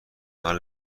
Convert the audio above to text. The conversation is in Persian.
حال